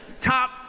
top